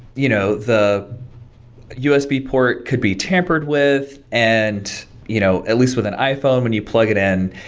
you know the usb port could be tampered with, and you know at least with an iphone, when you plug it in,